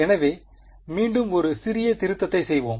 எனவே மீண்டும் ஒரு சிறிய திருத்தத்தை செய்வோம்